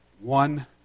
one